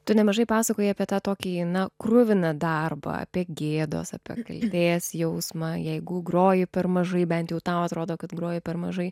tu nemažai pasakojai apie tą tokį na kruviną darbą apie gėdos apie kaltės jausmą jeigu groji per mažai bent jau tau atrodo kad groji per mažai